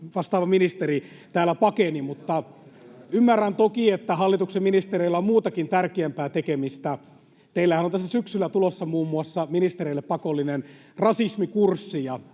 vastaava ministeri täällä pakeni. Mutta ymmärrän toki, että hallituksen ministereillä on muutakin, tärkeämpää, tekemistä. Teillähän on tässä syksyllä tulossa muun muassa ministereille pakollinen rasismikurssi,